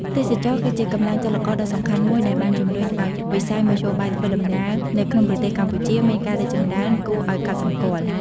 ទេសចរណ៍គឺជាកម្លាំងចលករដ៏សំខាន់មួយដែលបានជំរុញឲ្យវិស័យមធ្យោបាយធ្វើដំណើរនៅក្នុងប្រទេសកម្ពុជាមានការរីកចម្រើនគួរឲ្យកត់សម្គាល់។